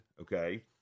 Okay